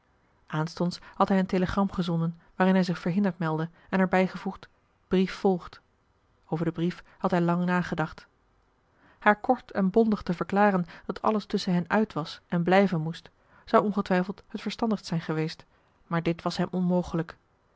aanstonds had hij een telegram gezonden waarin hij marcellus emants een drietal novellen zich verhinderd meldde en er bijgevoegd brief volgt over den brief had hij lang nagedacht haar kort en bondig te verklaren dat alles tusschen hen uit was en blijven moest zou ongetwijfeld het verstandigst zijn geweest maar dit was hem onmogelijk